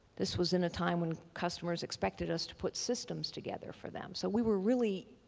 this was in a time when customers expected us to put systems together for them, so we were really,